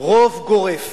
רוב גורף,